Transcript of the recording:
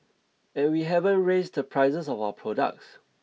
and we haven't raised the prices of our products